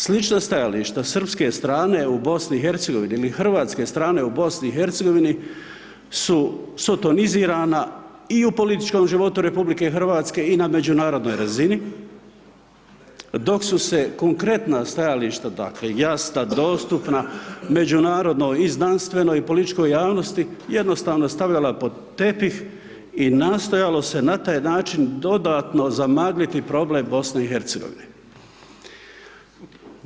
Slična stajališta srpske strane u BiH-u ili hrvatske strane u BiH-u su sotonizirana i u političkom životu RH i na međunarodnoj razini dok su se konkretna stajališta dakle, ... dostupna međunarodnoj i znanstveno i političkoj javnosti, jednostavno stavljala pod tepih i nastojalo se na taj način dodatno zamagliti problem BiH-a.